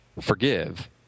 forgive